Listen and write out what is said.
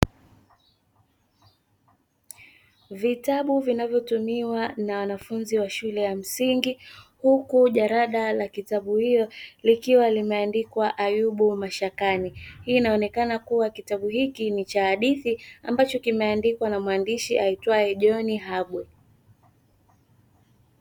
Vitabu vinavyotumiwa na wanafunzi wa shule ya msingi, huku jarada la kitabu hiyo likiwa na limeandikwa "Ayubu Mashakani". Hii inaonekana kuwa kitabu hichi ni cha hadithi ambacho kimeandikwa na mwandishia itwaye "John Habwe".